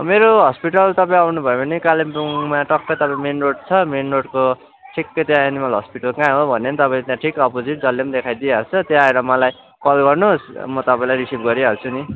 मेरो हस्पिटल तपाईँ आउनुभयो भने कालिम्पोङमा टक्क तपाईँ मेन रोड छ मेन रोडको ठिक्कै त्यहाँ एनिमल हस्पिटल कहाँ हो भन्यो भने तपाईँ त्यहाँ ठिक अपोजिट जसले पनि देखाइ दिइहाल्छ त्यहाँ आएर मलाई कल गर्नुहोस् र म तपाईँलाई रिसिभ गरिहाल्छु नि